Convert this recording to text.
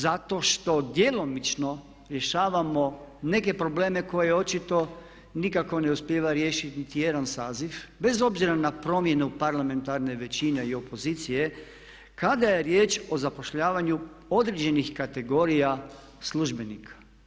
Zato što djelomično rješavamo neke probleme koje očito nikako ne uspijeva riješiti niti jedan saziv bez obzira na promjenu parlamentarne većine i opozicije kada je riječ o zapošljavanju određenih kategorija službenika.